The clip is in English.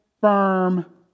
firm